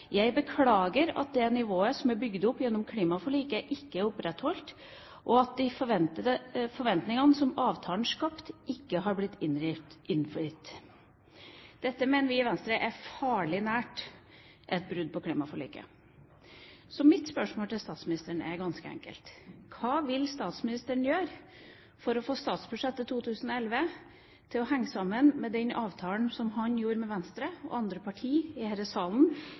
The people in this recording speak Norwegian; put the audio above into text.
at det nivået som er bygget opp gjennom klimaforliket, ikke er opprettholdt, og at de forventningene som avtalen skapte, ikke har blitt innfridd. Dette mener vi i Venstre er farlig nær et brudd på klimaforliket. Så mitt spørsmål til statsministeren er ganske enkelt: Hva vil statsministeren gjøre for å få statsbudsjettet 2011 til å henge sammen med den avtalen han gjorde med Venstre og andre partier i denne salen